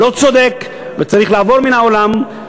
לא צודק וצריך לעבור מן העולם,